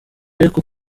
ariko